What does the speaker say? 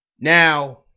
Now